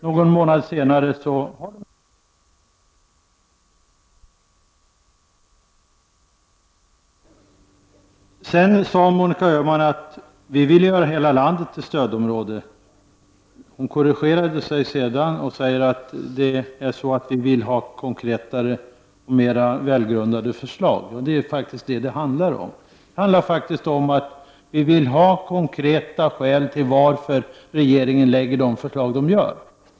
Någon månad senare finns inga problem, och så skall kommunen kastas ut i kylan. Sedan sade Monica Öhman att vi folkpartister vill göra hela landet till stödområde. Hon korrigerade sig sedan och sade att vi vill ha mer konkreta och välgrundade förslag. Det är vad det handlar om. Vi vill ha konkreta skäl till att regeringen lägger fram de förslag den gör.